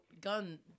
gun